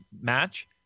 match